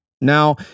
Now